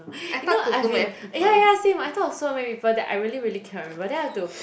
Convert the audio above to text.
you know I've been eh ya ya same I thought of so many people that I really really cannot remember then I have to